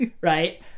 right